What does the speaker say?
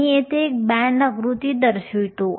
मी येथे बँड आकृती दर्शवितो